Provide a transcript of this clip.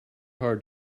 hard